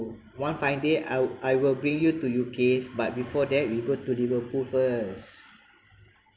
one fine day I I will bring you to U_Ks but before that we go to liverpool first